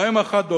מה עם החד-הוריות,